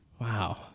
Wow